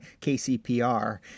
KCPR